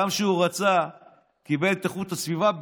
גם כשהוא קיבל את איכות הסביבה,